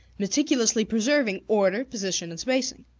meticulously preserving order, position, and spacing.